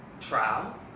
trial